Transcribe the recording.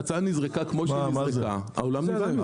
ברגע שההצעה נזרקה כמו שנזרקה, העולם נבהל.